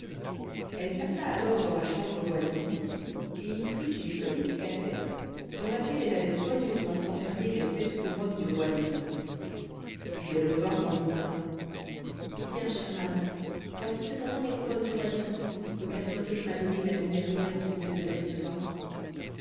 elle passa alors dans la chambre voisine et y prit une petite cassette dans laquelle elle avait soigneusement enfermé les sept couronnes du roi des souris puis elle revint en disant tiens chère maman voici cependant les couronnes du roi des souris que casse-noisette m'a données la nuit dernière en signe de sa victoire